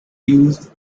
used